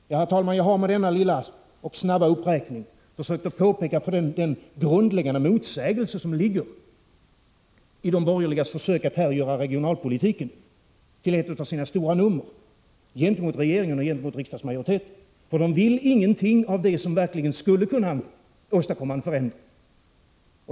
Herr talman! Jag har med denna lilla och snabba uppräkning försökt påpeka den grundläggande motsägelse som ligger i de borgerligas försök att göra regionalpolitiken till ett av sina stora nummer gentemot regering och riksdagsmajoritet. För de vill ingenting av det som verkligen skulle kunna åstadkomma en förändring.